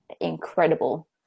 incredible